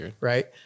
Right